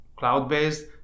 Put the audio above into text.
cloud-based